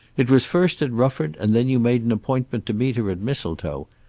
it was first at rufford, and then you made an appointment to meet her at mistletoe.